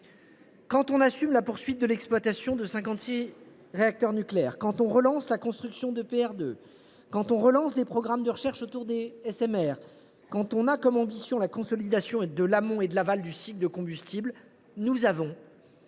Quand on assume la poursuite de l’exploitation de cinquante six réacteurs nucléaires, quand on relance la construction d’EPR2, quand on relance des programmes de recherche autour des SMR, quand on a comme ambition la consolidation de l’amont et de l’aval du cycle du combustible, il importe